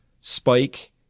spike